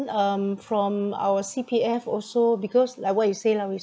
um from our C_P_F also because like what you say lah we